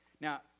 Now